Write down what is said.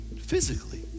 physically